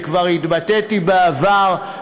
וכבר התבטאתי בעבר,